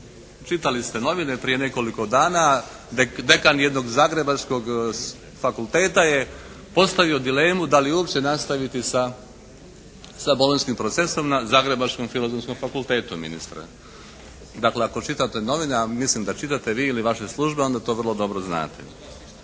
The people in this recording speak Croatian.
čitali ste novine prije nekoliko dana dekan jednog zagrebačkog fakulteta je postavio dilemu da li uopće nastaviti sa bolonjskim procesom na zagrebačkog Filozofskom fakultetu ministre? Dakle ako čitate novine, a mislim da čitate vi ili vaše službe onda to vrlo dobro znate.